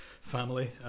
family